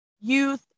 youth